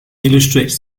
illustrates